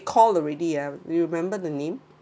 call already uh you remember the name